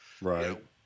Right